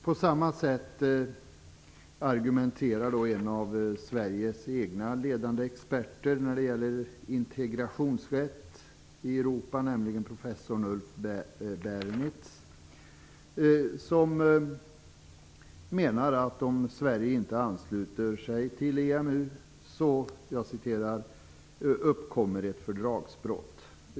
På samma sätt argumenterar en av Sveriges egna ledande experter på integrationsrätt i Europa, professor Ulf Bernitz. Om Sverige inte ansluter sig till EMU uppkommer det enligt honom ett fördragsbrott.